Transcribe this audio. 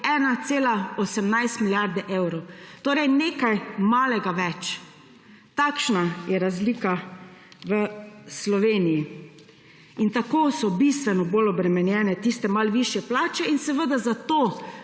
1,18 milijarde evrov. Torej nekaj malega več. Takšna je razlika v Sloveniji in tako so bistveno bolj obremenjene tiste malo višje plače in seveda zato